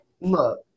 Look